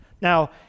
now